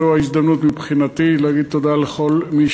זו ההזדמנות מבחינתי להגיד תודה לכל מי